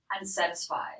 unsatisfied